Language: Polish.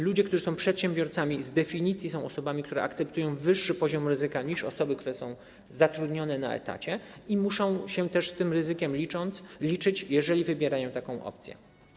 Ludzie, którzy są przedsiębiorcami, z definicji są osobami, które akceptują wyższy poziom ryzyka niż osoby, które są zatrudnione na etacie, i muszą się też z tym ryzykiem liczyć, jeżeli wybierają taką opcję.